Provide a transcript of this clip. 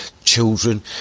children